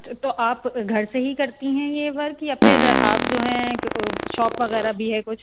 تو آپ گھر سے ہی کرتی ہیں یہ بار کہ یا پھر آپ جو ہیں شاپ وغیرہ بھی ہے کچھ